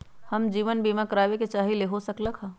हम जीवन बीमा कारवाबे के चाहईले, हो सकलक ह?